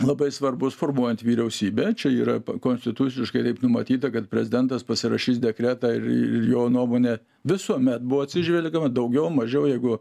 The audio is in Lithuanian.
labai svarbus formuojant vyriausybę čia yra konstituciškai taip numatyta kad prezidentas pasirašys dekretą ir į ir jo nuomonę visuomet buvo atsižvelgiama daugiau mažiau jeigu